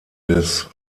des